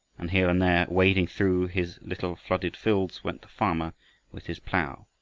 and here and there, wading through his little flooded fields, went the farmer with his plough,